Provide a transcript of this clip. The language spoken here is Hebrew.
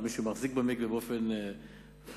או מי שמחזיק במקווה מבחינה משפטית,